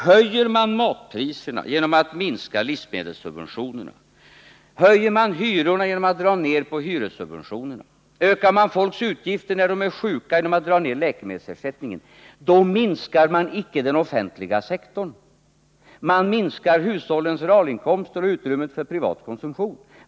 Höjer man matpriserna genom att minska livsmedelssubventionerna, höjer man hyrorna genom att dra ned på hyressubventionerna och ökar man folks utgifter när de är sjuka genom att dra ned på läkemedelsersättningen, minskar man icke den offentliga sektorn — man minskar hushållens realinkomster och utrymmet för privat konsumtion.